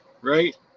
right